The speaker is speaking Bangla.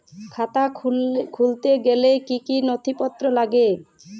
খাতা খুলতে গেলে কি কি নথিপত্র লাগে?